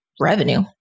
revenue